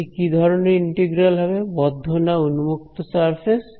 এটি কি ধরনের ইন্টিগ্রাল হবে বদ্ধ না উন্মুক্ত সারফেস